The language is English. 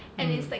um